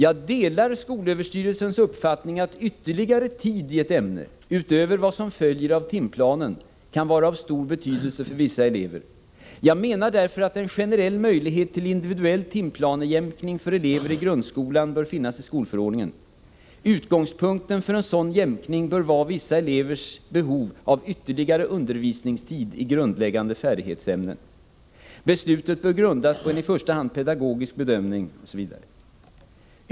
”Jag delar SÖ:s uppfattning att ytterligare tid i ett ämne — utöver vad som följer av timplanen — kan vara av stor betydelse för vissa elever. Jag menar därför att en generell möjlighet till individuell timplanejämkning för elever i grundskolan bör finnas i skolförordningen. Utgångspunkten för en sådan jämkning bör vara vissa enskilda elevers behov av ytterligare undervisningstid i grundläggande färdighetsämnen Beslutet bör grundas på en i första hand pedagogisk bedömning ——-—-.